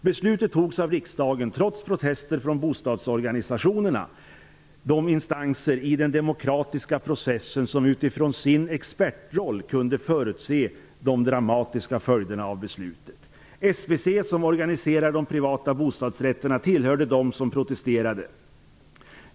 Beslutet togs av riksdagen trots protester från bostadsorganisationerna, de instanser i den demokratiska processen som utifrån sin expertroll kunde förutse de dramatiska följderna av beslutet. SBC, som organiserar de privata bostadsrätterna, tillhörde dem som protesterade.